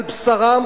על בשרם,